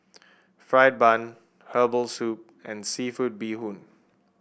fried bun Herbal Soup and seafood Bee Hoon